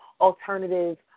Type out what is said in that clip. alternative